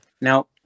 Now